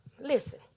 listen